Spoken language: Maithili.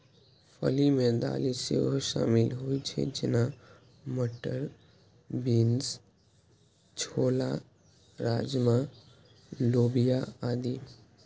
फली मे दालि सेहो शामिल होइ छै, जेना, मटर, बीन्स, छोला, राजमा, लोबिया आदि